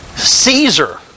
Caesar